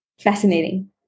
Fascinating